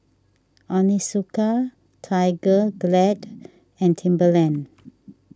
Onitsuka Tiger Glad and Timberland